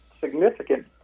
significant